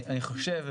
אני חושב,